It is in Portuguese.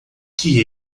que